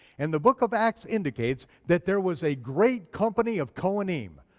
and the book of acts indicates that there was a great company of kohanim,